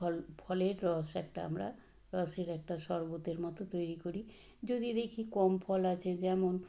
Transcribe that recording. ফল ফলের রস একটা আমরা রসের একটা শরবতের মতো তৈরি করি যদি দেখি কম ফল আছে যেমন